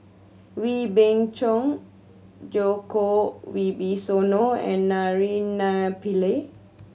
Wee Beng Chong Djoko Wibisono and Naraina Pillai